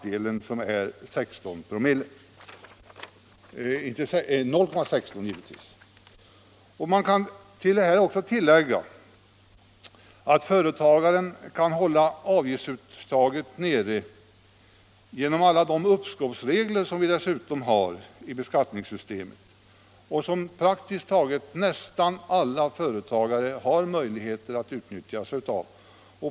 Det kan tilläggas att företagaren kan hålla avgiftsuttaget nere genom alla de uppskovsregler som finns i beskattningssystemet och som praktiskt taget alla företagare har möjlighet att utnyttja.